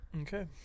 okay